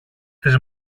τις